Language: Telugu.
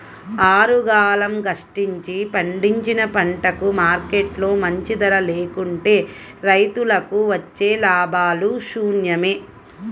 ఆరుగాలం కష్టించి పండించిన పంటకు మార్కెట్లో మంచి ధర లేకుంటే రైతులకు వచ్చే లాభాలు శూన్యమే